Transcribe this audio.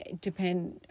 depend